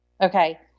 Okay